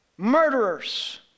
murderers